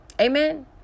amen